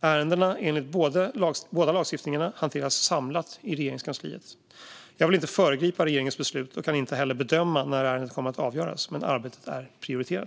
Ärendena enligt båda lagstiftningarna hanteras samlat i Regeringskansliet. Jag vill inte föregripa regeringens beslut och kan inte heller bedöma när ärendet kommer att avgöras, men arbetet är prioriterat.